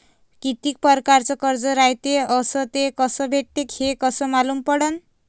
कितीक परकारचं कर्ज रायते अस ते कस भेटते, हे कस मालूम पडनं?